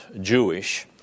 Jewish